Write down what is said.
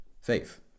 faith